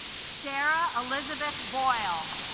sara elizabeth boyle